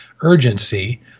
urgency